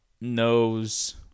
knows